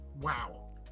wow